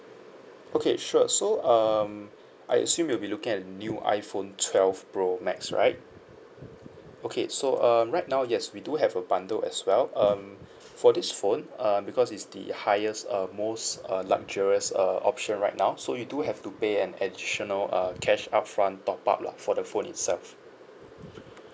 okay sure so um I assume you'll be looking at the new iphone twelve pro max right okay so um right now yes we do have a bundle as well um for this phone um because it's the highest uh most uh luxurious err option right now so you do have to pay an additional uh cash upfront top up lah for the phone itself